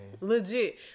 Legit